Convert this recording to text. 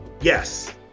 yes